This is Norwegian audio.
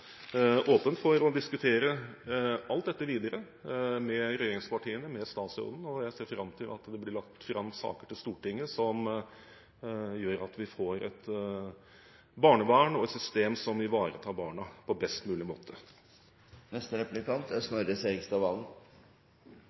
åpen for å diskutere alt dette videre med regjeringspartiene, med statsråden, og jeg ser fram til at det blir lagt fram saker til Stortinget som gjør at vi får et barnevern og et system som ivaretar barna på best mulig måte. Representanten Bekkevold nevnte barnetillegget som en av sakene Kristelig Folkeparti er